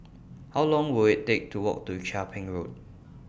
How Long Will IT Take to Walk to Chia Ping Road